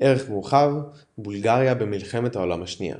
ערך מורחב – בולגריה במלחמת העולם השנייה